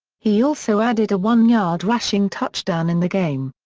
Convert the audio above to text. he also added a one-yard rushing touchdown in the game.